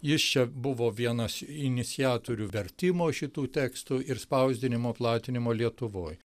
jis čia buvo vienas iniciatorių vertimo šitų tekstų ir spausdinimo platinimo lietuvoj